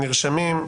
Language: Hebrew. נרשמים,